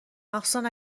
مخصوصن